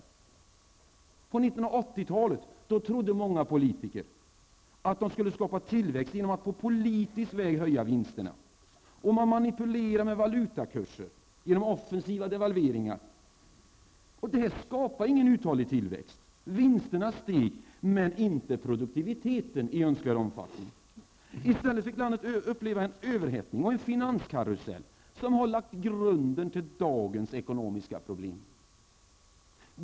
På 1980-talet trodde många politiker att de skulle skapa tillväxt genom att på politisk väg höja vinsterna. Man manipulerade med valutakurser genom offensiva devalveringar. Det skapade ingen uthållig tillväxt. Vinsterna steg, men inte produktiviteten i önskvärd omfattning. I stället fick landet uppleva en överhettning och en finanskarusell, som har lagt grunden till dagens ekonomiska problem.